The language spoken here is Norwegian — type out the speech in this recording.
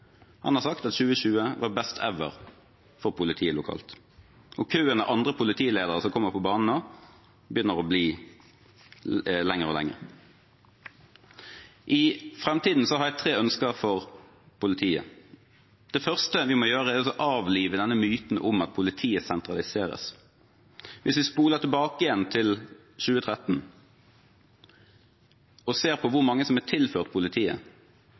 Han har sagt at 2020 var «best ever» for politiet lokalt, og køen av andre politiledere som kommer på banen nå, blir lengre og lengre. I framtiden har jeg tre ønsker for politiet. Det første vi må gjøre, er å avlive myten om at politiet sentraliseres. Hvis vi spoler tilbake til 2013 og ser på hvor mange som er tilført politiet,